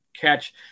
catch